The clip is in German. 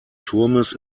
turmes